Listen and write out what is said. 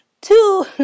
Two